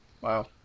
Wow